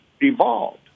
evolved